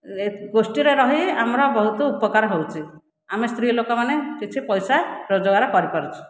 ଗୋଷ୍ଠୀରେ ରହି ଆମର ବହୁତ ଉପକାର ହେଉଛି ଆମେ ସ୍ତ୍ରୀଲୋକମାନେ କିଛି ପଇସା ରୋଜଗାର କରିପାରୁଛୁ